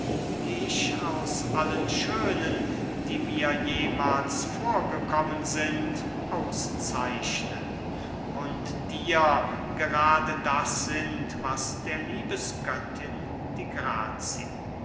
dich aus allen schönen die mir jemahls vorgekommen sind auszeichnen und dir gerade das sind was der liebesgöttin die grazien